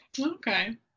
Okay